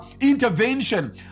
intervention